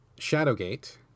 Shadowgate